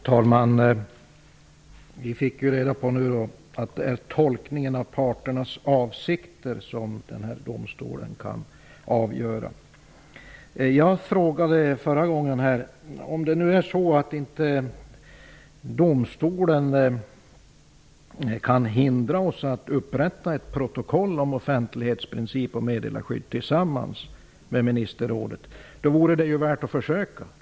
Herr talman! Vi fick nu reda på att det är tolkningen av parternas avsikter som domstolen kan avgöra. Jag sade förra gången: Om det nu är så att domstolen inte kan hindra oss att tillsammans med ministerrådet upprätta ett protokoll om offentlighetsprincip och meddelarskydd är det ju värt att försöka.